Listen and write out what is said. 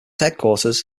headquarters